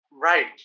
Right